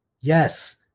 yes